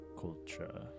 culture